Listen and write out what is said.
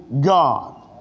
God